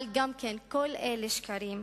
אבל גם כל אלה שקרים.